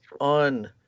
on